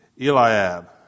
Eliab